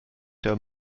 der